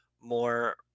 more